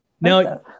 Now